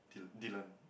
Dill Dillon